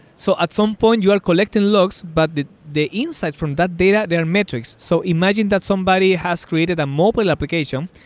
so at some point you are collecting logs, but the the insight from that data, there are metrics. so imagine that somebody has created a mobile application,